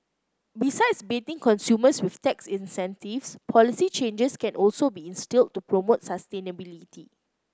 besides baiting consumers with tax incentives policy changes can also be instilled to promote sustainability